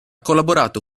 collaborato